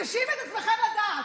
מקשקשים את עצמכם לדעת.